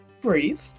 breathe